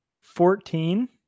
Fourteen